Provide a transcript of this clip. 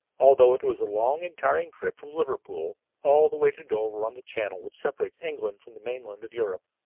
although it was a long and tiring trip from liverpool all the way to dover, on the channel which separates england from the mainland of europe.